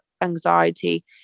anxiety